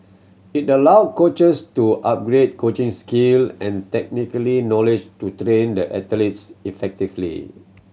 it allow coaches to upgrade coaching skill and technically knowledge to train the athletes effectively